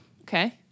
Okay